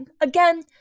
Again